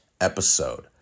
episode